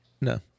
No